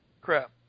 Crap